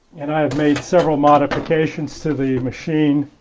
and i have made several modifications to the machine